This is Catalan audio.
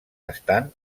estan